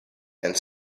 and